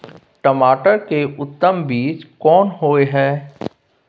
टमाटर के उत्तम बीज कोन होय है?